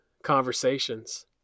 conversations